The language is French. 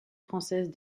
françaises